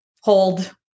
hold